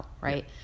right